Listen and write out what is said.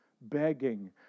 begging